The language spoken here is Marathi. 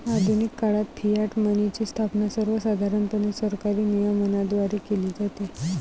आधुनिक काळात फियाट मनीची स्थापना सर्वसाधारणपणे सरकारी नियमनाद्वारे केली जाते